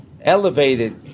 elevated